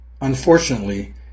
Unfortunately